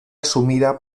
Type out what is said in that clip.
asumida